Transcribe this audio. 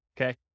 Okay